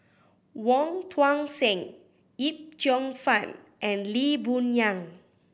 Wong Tuang Seng Yip Cheong Fun and Lee Boon Yang